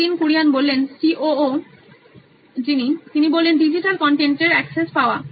Nitin Kurian C O ও নোইন electronics digital কন্টেন্টের এক্সেস পাওয়া